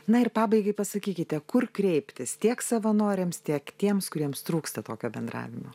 na ir pabaigai pasakykite kur kreiptis tiek savanoriams tiek tiems kuriems trūksta tokio bendravimo